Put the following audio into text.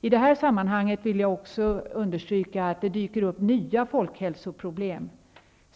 I det här sammanhanget vill jag också understryka att det dyker upp nya folkhälsoproblem.